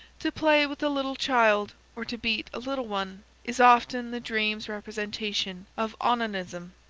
to play with a little child or to beat a little one is often the dream's representation of onanism.